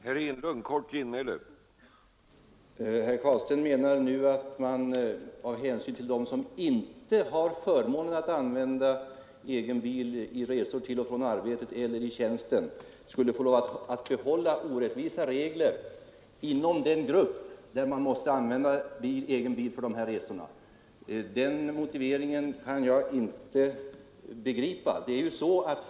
Herr talman! Herr Carlstein menar nu att man av hänsyn till dem som inte har förmånen att använda egen bil vid resor till och från arbetet eller i tjänsten skulle bibehålla orättvisa regler för den grupp som måste använda egen bil för sådana resor. Den motiveringen kan jag inte begripa.